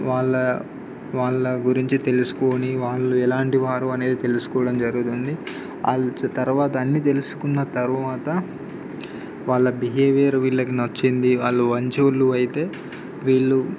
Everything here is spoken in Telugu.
వాళ్ళ వాళ్ళ గురించి తెలుసుకొని వాళ్ళు ఎలాంటి వారు అనేది తెలుసుకోవడం జరుగుతుంది వాళ్ళు వచ్చే తర్వాత అన్నీ తెలుసుకున్న తరువాత వాళ్ళ బిహేవియర్ వీళ్ళకి నచ్చింది వాళ్ళు మంచి వాళ్ళు అయితే వీళ్ళు